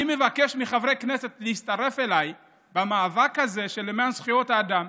אני מבקש מחברי הכנסת להצטרף אליי במאבק הזה למען זכויות האדם.